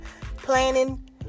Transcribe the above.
planning